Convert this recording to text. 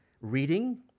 Reading